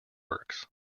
works